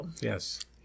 Yes